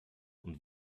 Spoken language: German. und